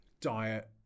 diet